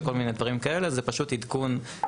זה פשוט עדכון.